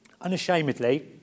Unashamedly